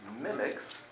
mimics